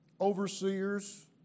overseers